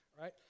Right